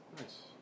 Nice